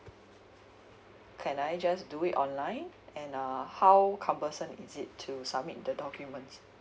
can I just do it online and err how cumbersome is it to submit the documents